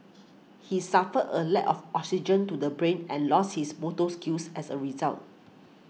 he suffered a lack of oxygen to the brain and lost his motor skills as a result